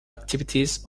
activities